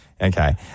Okay